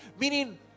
meaning